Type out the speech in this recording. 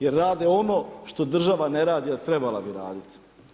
Jer rade ono što država ne radi a trebala bi raditi.